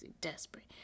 Desperate